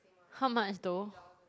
how much though